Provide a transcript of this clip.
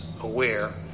aware